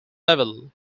level